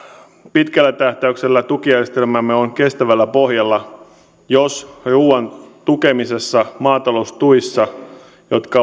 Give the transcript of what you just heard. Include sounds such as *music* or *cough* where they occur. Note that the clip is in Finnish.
pitkällä tähtäyksellä tukijärjestelmämme on kestävällä pohjalla jos ruuan tukemisessa maataloustuissa jotka *unintelligible*